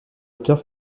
auteurs